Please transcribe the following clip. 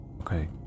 Okay